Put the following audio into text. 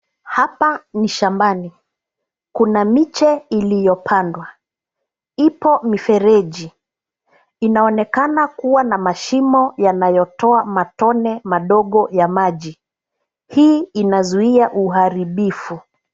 Hapa ni shambani. Kuna miche iliyopandwa. Ipo mifereji, inaonekana kuwa na mashimo yanayotoa matone madogo ya maji. Hii inazuia uharibifu.